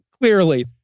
Clearly